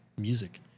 music